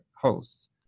hosts